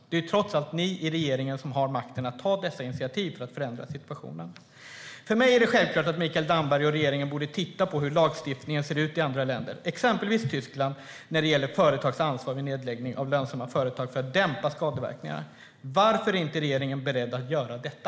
Det är trots allt ni i regeringen som har makten att ta initiativ till att förändra situationen. För mig är det självklart att Mikael Damberg och regeringen borde titta på hur lagstiftningen ser ut i andra länder, exempelvis Tyskland, när det gäller företags ansvar vid nedläggning av lönsamma företag - för att dämpa skadeverkningarna. Varför är inte regeringen beredd att göra detta?